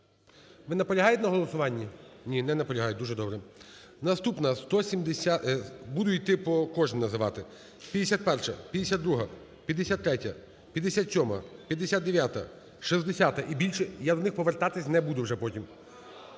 Ви наполягаєте на голосуванні? Ні, не наполягають. Дуже добре. Наступна, буду йти, кожну називати. 51-а. 52-а. 53-я. 57-а. 59-а. 60-а. І більше я до них повертатись не буду вже потім.